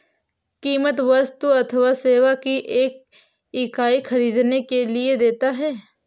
कीमत वस्तु अथवा सेवा की एक इकाई ख़रीदने के लिए देता है